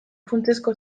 funtsezko